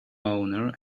owner